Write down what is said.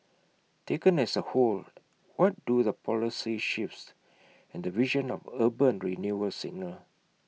taken as A whole what do the policy shifts and the vision of urban renewal signal